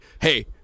hey